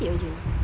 cantik baju ni